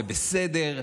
זה בסדר,